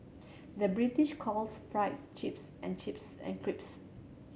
the British calls fries chips and chips an